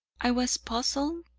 i was puzzled,